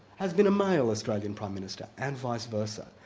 has been a male australian prime minister, and vice versa.